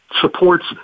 supports